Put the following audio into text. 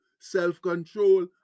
self-control